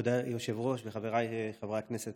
כבוד היושב-ראש וחבריי חברי הכנסת,